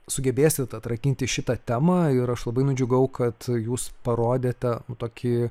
sugebėsit atrakinti šitą temą ir aš labai nudžiugau kad jūs parodėte nu tokį